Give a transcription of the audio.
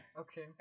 okay